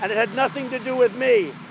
and it has nothing to do with me.